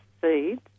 seeds